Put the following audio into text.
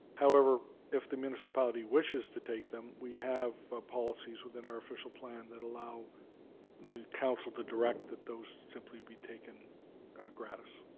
however if the municipality wishes to take them, we have policies within our official plan that allow the council to direct that those simply be taken gratis.